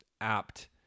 apt